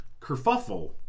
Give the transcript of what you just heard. kerfuffle